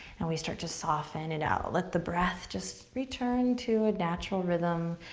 and we start to soften it out. let the breath just return to a natural rhythm.